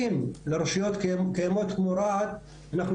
שאחת הבעיות בהנגשת השירותים היא לא רק הנגשה פיזית,